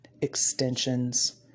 extensions